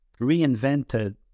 reinvented